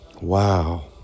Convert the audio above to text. Wow